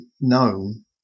known